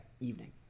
evening